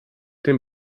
den